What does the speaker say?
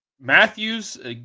Matthews